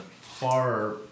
far